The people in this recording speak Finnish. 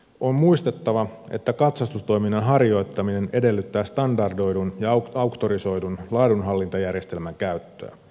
on muistettava että katsastustoiminnan harjoittaminen edellyttää standardoidun ja auktorisoidun laadunhallintajärjestelmän käyttöä